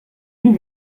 vous